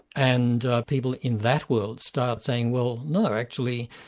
and people in that world start saying, well no, actually,